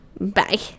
Bye